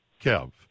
Kev